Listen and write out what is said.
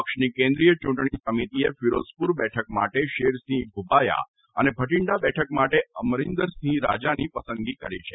પક્ષની કેન્દ્રીય ચૂંટણી સમિતિએ ફિરોઝપુર બેઠક માટે શેરસિંહ ઘુબાયા અને ભટીંડા બેઠક માટે અમરિંદરસિંહ રાજાની પસંદગી કરી છે